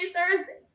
Thursday